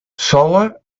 sola